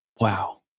Wow